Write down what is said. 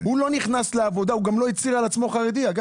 הוא לא אמר: אני חרדי.